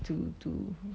to to